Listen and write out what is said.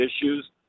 issues